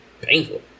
painful